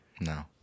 No